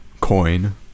coin